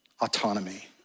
autonomy